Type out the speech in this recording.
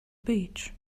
beach